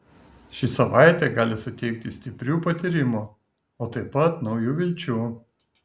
ši savaitė gali suteikti stiprių patyrimų o taip pat naujų vilčių